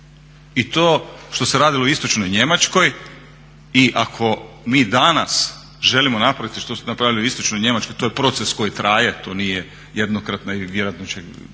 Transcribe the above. I to što se radilo u istočnoj Njemačkoj i ako mi danas želimo napraviti što su napravili u istočnoj Njemačkoj to je proces koji traje, to nije jednokratna. Vjerojatno će